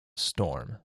storm